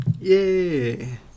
Yay